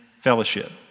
fellowship